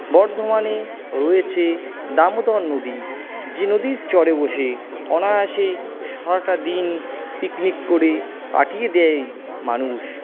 বর্ধমানে রয়েছে দামোদর নদী যে নদীর চরে বসে অনায়াসেই সারাটা দিন পিকনিক করে কাটিয়ে দেয় মানুষ